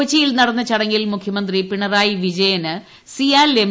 കൊച്ചിയിൽ നടന്ന ചടങ്ങിൽ മുഖ്യമന്ത്രി പിണറായി വിജയന് സിയാൽ എം